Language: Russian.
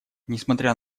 несмотря